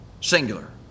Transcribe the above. Singular